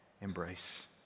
embrace